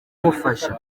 yamufasha